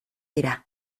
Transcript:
dira